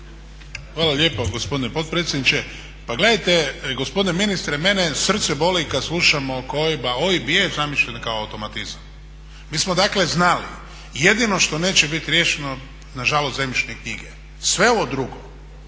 Hvala lijepo gospodine potpredsjedniče. Pa gledajte gospodine ministre, mene srce boli kad slušam oko OIB-a. OIB je zamišljen kao automatizam. Mi smo dakle znali, jedino što neće bit riješeno na žalost zemljišne knjige. Sve ovo drugo